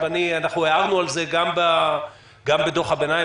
הערנו על זה גם בדוח הביניים.